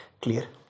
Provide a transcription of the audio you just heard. Clear